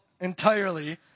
entirely